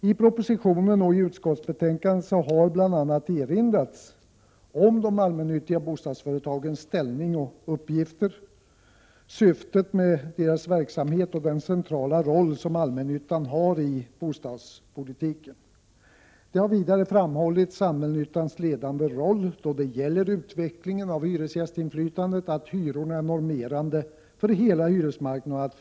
I propositionen och i utskottsbetänkandet har bl.a. erinrats om de allmännyttiga bostadsföretagens ställning och uppgifter, syftet med deras verksamhet och den centrala roll som allmännyttan har i bostadspolitiken. Vidare har framhållits allmännyttans ledande roll då det gäller utvecklingen av hyresgästinflytande, att hyrorna är normerande för hela hyresmarknaden = Prot.